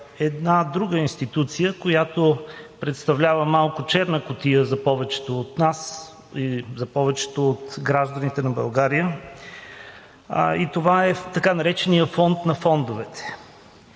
една друга институция, която представлява малко черна кутия за повечето от нас и за повечето от гражданите на България. Това е така нареченият Фонд на фондовете.